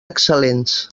excel·lents